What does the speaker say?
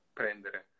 prendere